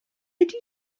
ydy